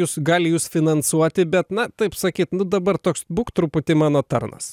jus gali jus finansuoti bet na taip sakyt nu dabar toks būk truputį mano tarnas